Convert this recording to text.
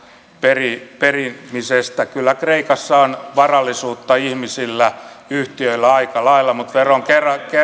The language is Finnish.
perimisestä kyllä kreikassa on varallisuutta ihmisillä ja yhtiöillä aika lailla mutta